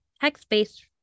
text-based